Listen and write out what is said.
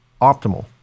optimal